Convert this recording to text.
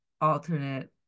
alternate